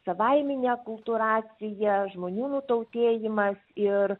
savaiminė akultūracija žmonių nutautėjimas ir